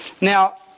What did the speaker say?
Now